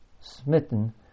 smitten